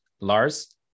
Lars